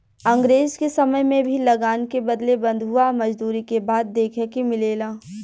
अंग्रेज के समय में भी लगान के बदले बंधुआ मजदूरी के बात देखे के मिलेला